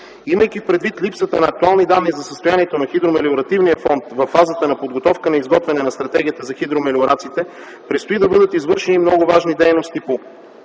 Имайки предвид липсата на актуални данни за състоянието на хидромелиоративния фонд във фазата на подготовка на изготвяне на Стратегията за хидромелиорацията, предстои да бъдат извършени много важни дейности по